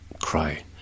cry